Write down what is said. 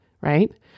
right